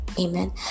amen